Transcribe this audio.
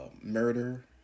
Murder